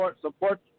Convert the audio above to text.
Support